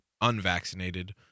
unvaccinated